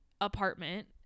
apartment